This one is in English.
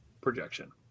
projection